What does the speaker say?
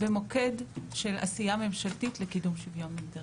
במוקד של עשייה ממשלתית לקידום שוויון מגדרי.